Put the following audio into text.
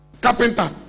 carpenter